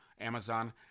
Amazon